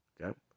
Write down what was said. Okay